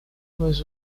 was